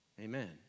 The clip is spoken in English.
Amen